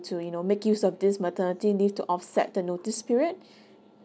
to you know make use of this maternity leave to offset the notice period